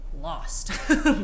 lost